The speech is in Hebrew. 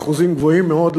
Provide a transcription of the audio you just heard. באחוזים גבוהים מאוד,